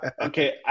Okay